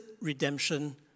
redemption